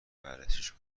بررسیش